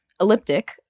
Elliptic